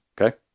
Okay